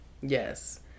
Yes